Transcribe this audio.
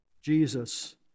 Jesus